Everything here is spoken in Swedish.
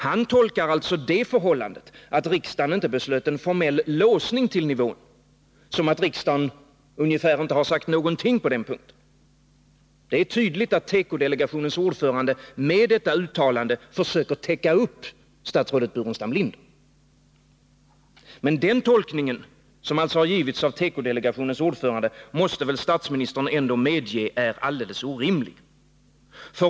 Han tolkar alltså det förhållandet att riksdagen inte beslöt om en formell låsning till nivån som att riksdagen ungefär inte har sagt någonting på den punkten. Det är tydligt att tekodelegationens ordförande med detta uttalande försöker täcka upp statsrådet Burenstam Linder. Men den tolkningen, som alltså givits av tekodelegationens ordförande, måste väl statsministern ändå medge är helt orimlig.